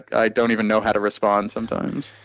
i don't even know how to respond sometimes.